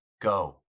Go